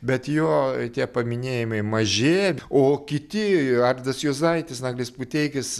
bet jo tie paminėjimai mažėja o kiti arvydas juozaitis naglis puteikis